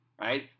right